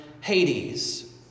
Hades